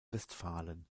westfalen